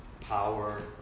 power